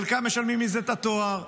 חלקם משלמים מזה את התואר,